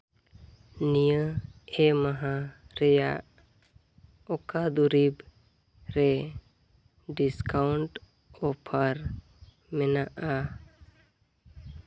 ᱱᱤᱭᱟᱹ ᱮᱢᱦᱟ ᱨᱮᱭᱟᱜ ᱚᱠᱟ ᱫᱩᱨᱤᱵᱽ ᱨᱮ ᱰᱤᱥᱠᱟᱣᱩᱱᱴ ᱚᱯᱷᱟᱨ ᱢᱮᱱᱟᱜᱼᱟ